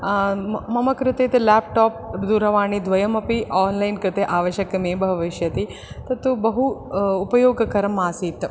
मम कृते तु लाप्टाप् दूरवाणी द्वयमपि आन्लैन् कृते आवश्यकमेव भविष्यति तत्तु बहु उपयोगकरं आसीत्